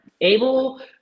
able